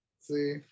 See